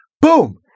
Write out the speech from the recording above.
boom